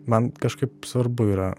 man kažkaip svarbu yra